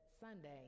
Sunday